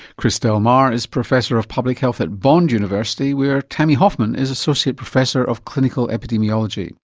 chris del mar is professor of public health at bond university where tammy hoffman is associate professor of clinical epidemiology